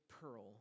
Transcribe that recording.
pearl